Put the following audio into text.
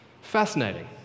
Fascinating